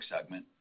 segment